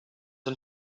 and